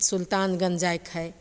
सुल्तानगञ्ज जाइके हइ